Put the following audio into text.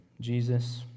Jesus